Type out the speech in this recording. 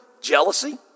jealousy